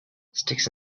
sticks